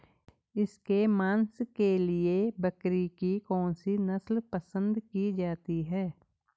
इसके मांस के लिए बकरी की कौन सी नस्ल पसंद की जाती है?